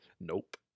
Nope